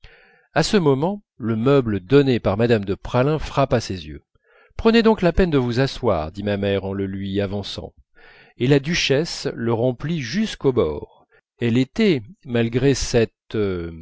à ce moment le meuble donné par mme de praslin frappa ses yeux prenez donc la peine de vous asseoir dit ma mère en le lui avançant et la duchesse le remplit jusqu'aux bords elle était malgré cette